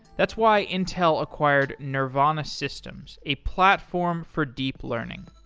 that's why intel acquired nervana systems, a platform for deep learning.